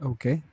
Okay